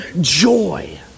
joy